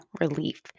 relief